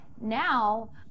now